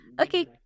Okay